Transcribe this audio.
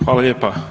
Hvala lijepa.